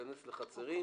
להיכנס לחצרים..."